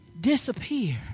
disappear